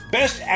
Best